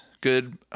good